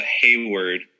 Hayward